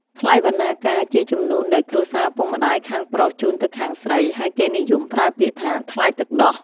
ថ្លៃបណ្ណាការជាជំនូនដែលគ្រួសារឪពុកម្ដាយខាងប្រុសជូនទៅខាងស្រី ហើយគេនិយមប្រើពាក្យថា«ថ្លៃទឹកដោះ»។